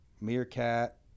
Meerkat